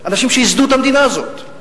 אנשים שייסדו את המדינה הזו?